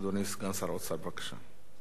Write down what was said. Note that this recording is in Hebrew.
אדוני סגן שר האוצר, בבקשה.